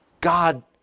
God